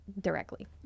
directly